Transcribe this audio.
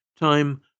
Time